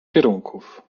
kierunków